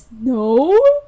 No